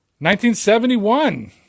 1971